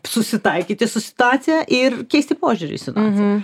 susitaikyti su situacija ir keisti požiūrį į situaciją